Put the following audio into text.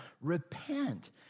Repent